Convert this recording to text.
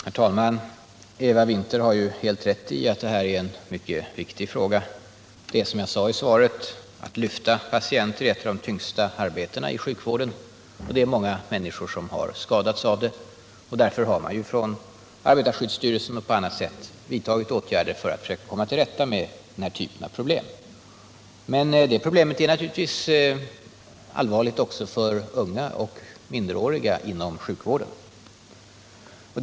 Nr 46 Herr talman! Eva Winther har Helt rätt i att det här är en mycket Måndagen den viktig fråga. Det är som jag sade i svaret: att lyfta patienter är ett av 12 december 1977 de tyngsta arbetena i sjukvården, och det är många människor som har i skadats av det. Därför har man från arbetarskyddsstyrelsen och på annat — Om åtgärder mot sätt vidtagit åtgärder för att försöka komma till rätta med den här typen = ryggskador hos av problem. anställda inom Men problemet är naturligtvis allvarligt även för unga och minderåriga — vårdområdet inom sjukvården.